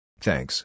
Thanks